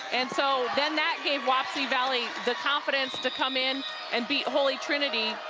and so then that gave wapsie valley the confidence to come in and beat holy trinity,